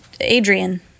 Adrian